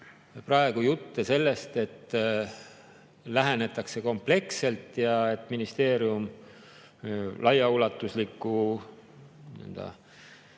praegu jutte sellest, et lähenetakse kompleksselt ja et ministeerium laiaulatusliku või,